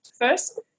first